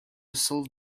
solve